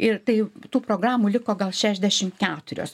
ir tai tų programų liko gal šešiasdešim keturios